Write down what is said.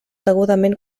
degudament